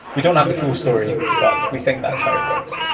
we don't have the full story, but we think that's how it works.